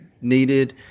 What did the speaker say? needed